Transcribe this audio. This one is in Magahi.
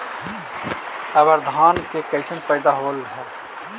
अबर धान के कैसन पैदा होल हा?